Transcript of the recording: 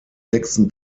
sechsten